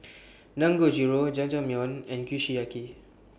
Dangojiru Jajangmyeon and Kushiyaki